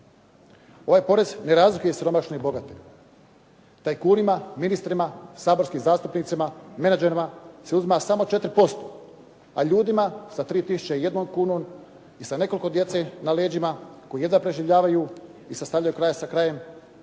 Ovaj porez ne razlikuje siromašne i bogate. Tajkunima, ministrima, saborskim zastupnicima, menadžerima se uzima samo 4%, a ljudima sa 3 tisuće i jednom kunom i sa nekoliko djece na leđima koji jedva preživljavaju i sastavljaju kraj sa krajem